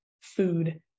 food